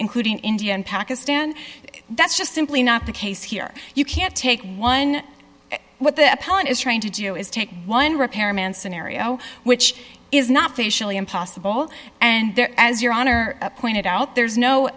including india and pakistan that's just simply not the case here you can't take one what the opponent is trying to do is take one repairman scenario which is not facially impossible and there as your honor pointed out there's no